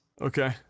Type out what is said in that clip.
Okay